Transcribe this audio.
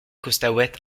costaouët